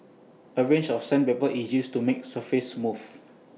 A range of sandpaper is used to make surface smooth